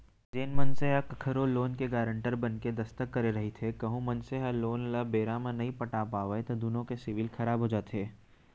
जेन मनसे ह कखरो लोन के गारेंटर बनके दस्कत करे रहिथे कहूं मनसे ह लोन ल बेरा म नइ पटा पावय त दुनो के सिविल खराब हो जाथे